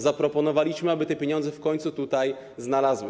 Zaproponowaliśmy, aby te pieniądze w końcu się znalazły.